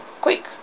quick